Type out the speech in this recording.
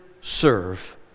serve